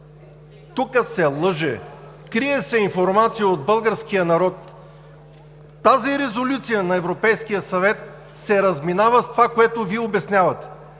тук се лъже, крие се информация от българския народ! Тази резолюция на Европейския съвет се разминава с това, което Вие обяснявате.